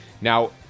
Now